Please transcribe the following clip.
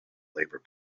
labour